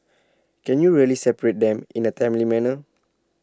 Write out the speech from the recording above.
can you really separate them in A timely manner